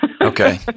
Okay